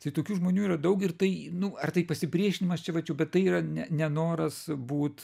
tai tokių žmonių yra daug ir tai nu ar tai pasipriešinimas čia va bet tai yra ne nenoras būt